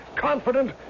confident